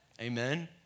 Amen